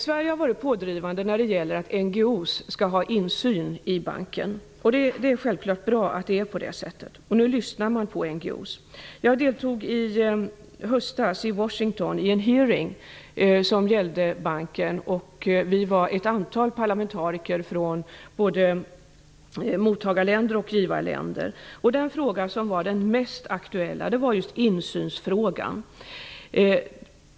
Sverige har varit pådrivande när det gäller att NGO:s skall ha insyn i banken. Det är självfallet bra. Nu lyssnar man på NGO:s. I höstas deltog jag i en hearing i Washington som gällde banken. Vi var ett antal parlamentariker från både mottagarländer och givarländer. Den fråga som var mest aktuell var just insynsfrågan.